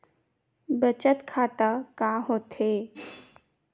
बचत खाता का होथे?